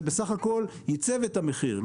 זה בסך הכול ייצב את המחיר.